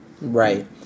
Right